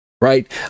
right